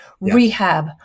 Rehab